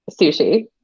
Sushi